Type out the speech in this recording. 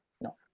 no